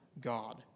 God